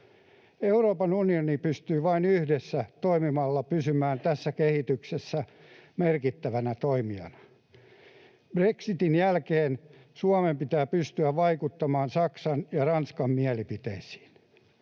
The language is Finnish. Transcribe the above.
Euroopan unioni pystyy vain yhdessä toimimalla pysymään tässä kehityksessä merkittävänä toimijana. Brexitin jälkeen Suomen pitää pystyä vaikuttamaan Saksan ja Ranskan mielipiteisiin.